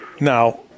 now